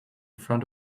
front